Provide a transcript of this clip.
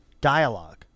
dialogue